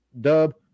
dub